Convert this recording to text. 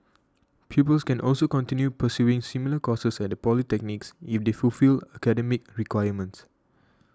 pupils can also continue pursuing similar courses at the polytechnics if they fulfil academic requirements